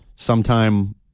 sometime